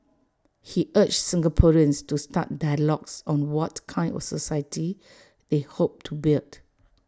he urged Singaporeans to start dialogues on what kind of society they hope to build